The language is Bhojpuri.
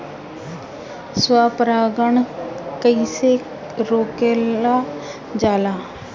स्व परागण कइसे रोकल जाला?